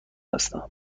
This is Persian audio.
هستم